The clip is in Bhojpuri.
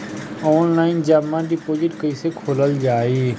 आनलाइन जमा डिपोजिट् कैसे खोलल जाइ?